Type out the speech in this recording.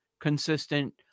consistent